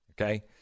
Okay